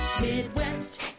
Midwest